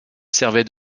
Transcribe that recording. servaient